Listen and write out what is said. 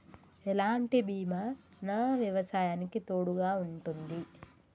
ఎలాంటి బీమా నా వ్యవసాయానికి తోడుగా ఉంటుంది?